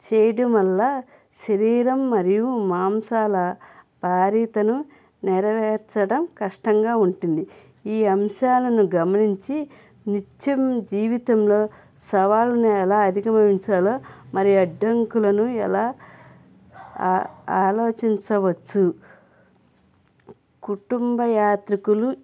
చేయడం వల్ల శరీరం మరియు మాంసాల పారితను నెరవేర్చడం కష్టంగా ఉంటుంది ఈ అంశాలను గమనించి నృత్యం జీవితంలో సవాళ్ళను ఎలా అధిగమించాలో మరియు అడ్డంకులను ఎలా ఆలోచించవచ్చు కుటుంబ యాత్రకులు